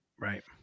right